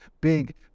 big